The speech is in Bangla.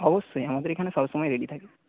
অবশ্যই আমাদের এখানে সবসময় রেডি থাকে